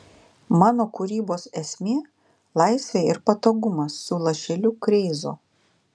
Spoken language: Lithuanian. mano kūrybos esmė laisvė ir patogumas su lašeliu kreizo